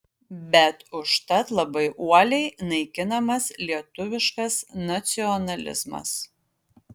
bet užtat labai uoliai naikinamas lietuviškas nacionalizmas